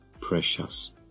precious